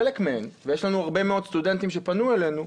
ויש לנו הרבה מאוד סטודנטים שפנו אלינו,